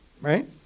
right